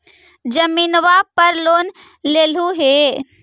जमीनवा पर लोन लेलहु हे?